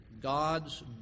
God's